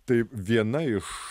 tai viena iš